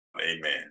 Amen